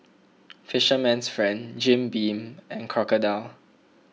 Fisherman's Friend Jim Beam and Crocodile